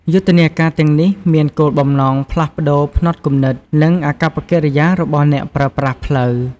យុទ្ធនាការទាំងនេះមានគោលបំណងផ្លាស់ប្តូរផ្នត់គំនិត និងអាកប្បកិរិយារបស់អ្នកប្រើប្រាស់ផ្លូវ។